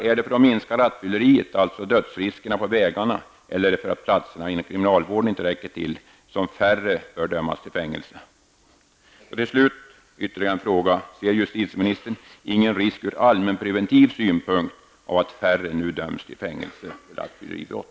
Är det för att minska rattfylleriet -- alltså dödsriskerna på vägarna -- eller är det för att platserna inom kriminalvården inte räcker till som färre döms till fängelse? Till slut ytterligare en fråga: Ser justitieministern ingen risk ur allmänpreventiv synpunkt att färre nu döms till fängelse för rattfylleribrott?